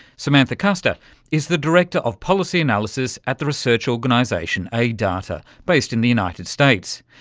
samantha custer is the director of policy analysis at the research organisation aiddata, based in the united states.